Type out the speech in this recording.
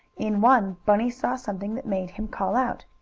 in one bunny saw something that made him call out